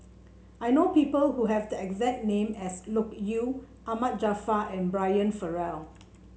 I know people who have the exact name as Loke Yew Ahmad Jaafar and Brian Farrell